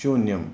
शून्यम्